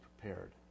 prepared